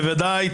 בוודאי.